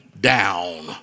down